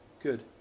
Good